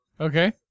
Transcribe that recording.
Okay